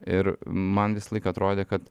ir man visą laiką atrodė kad